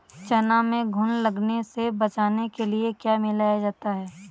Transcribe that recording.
चना में घुन लगने से बचाने के लिए क्या मिलाया जाता है?